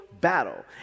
battle